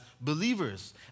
believers